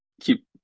keep